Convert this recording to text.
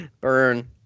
Burn